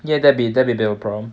ya that'll be that'll be a problem